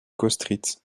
kostritz